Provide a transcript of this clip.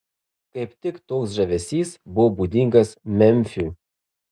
kaip tik toks žavesys buvo būdingas memfiui